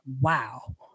Wow